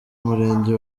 umurenge